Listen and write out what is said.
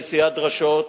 נשיאת דרשות,